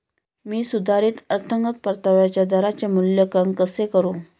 मी सुधारित अंतर्गत परताव्याच्या दराचे मूल्यांकन कसे करू?